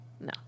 No